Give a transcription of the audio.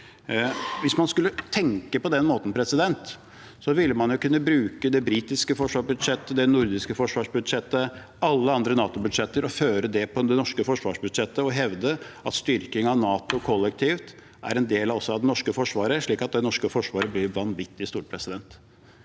– Anskaffelse av luftvern 3031 britiske forsvarsbudsjettet, det nordiske forsvarsbudsjettet og alle andre NATO-budsjetter og føre det på det norske forsvarsbudsjettet og hevde at styrking av NATO kollektivt er en del av det norske forsvaret, slik at det norske forsvaret blir vanvittig stort. Det